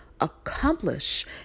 accomplish